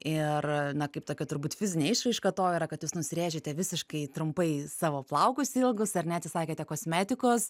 ir na kaip tokia turbūt fizinė išraiška to yra kad jūs nusirėžėte visiškai trumpai savo plaukus ilgus ar ne atsisakėte kosmetikos